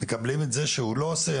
מקבלים את זה שלא עושה